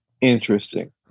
interesting